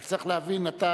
רק צריך להבין, אתה